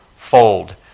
fold